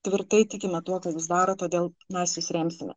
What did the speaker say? tvirtai tikime tuo ką jūs darot todėl mes jus remsime